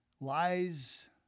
lies